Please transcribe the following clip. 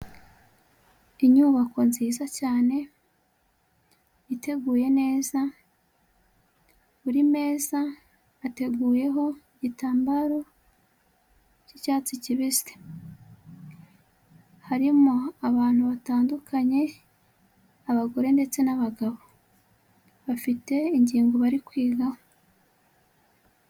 Inyubako nziza cyane, iteguye neza, buri meza hateguyeho ibitambaro by'icyatsi kibisi. Harimo abantu batandukanye, abagore ndetse n'abagabo. Bafite ingingo bari kwigaho.